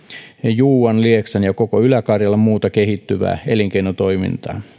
juuan lieksan ja koko ylä karjalan muuta kehittyvää elinkeinotoimintaa